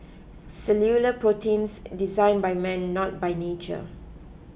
cellular proteins design by man not by nature